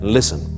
Listen